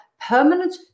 permanent